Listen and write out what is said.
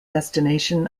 destination